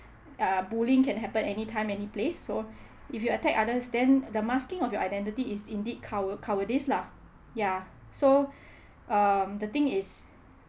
err bullying can happen any time any place so if you attack others then the masking of your identity is indeed cowa~ cowardice lah ya so um the thing is